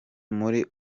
muri